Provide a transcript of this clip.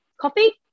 Coffee